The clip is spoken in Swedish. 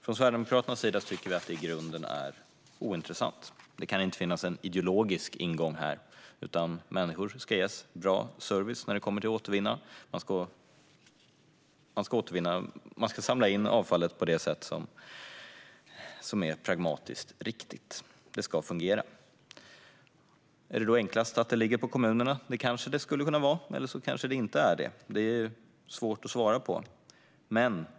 Vi i Sverigedemokraterna tycker att det i grunden är ointressant. Det kan inte finnas en ideologisk ingång här, utan människor ska ges bra service när det gäller att återvinna. Man ska samla in avfallet på det sätt som är mest pragmatiskt. Det ska fungera. Är det då enklast att det ligger på kommunerna? Det kanske det är, eller så är det inte det. Det är svårt att svara på det.